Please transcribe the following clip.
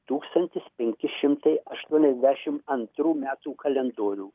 tūkstantis penki šimtai aštuoniasdešim antrų metų kalendorių